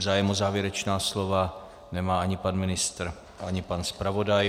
Zájem o závěrečná slova nemá ani pan ministr, ani pan zpravodaj.